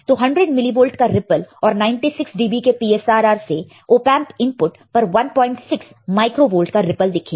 तो 100 millivolt का ripple और 96 dB के PSRR से ओपेंप इनपुट पर 16 माइक्रो वोल्ट का रिप्पल दिखेगा